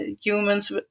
humans